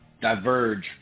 Diverge